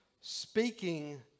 speaking